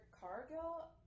Cargill